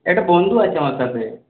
একটা বন্ধু আছে আমার সাথে